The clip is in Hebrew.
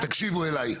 תקשיבו אליו,